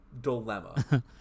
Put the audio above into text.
dilemma